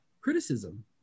Criticism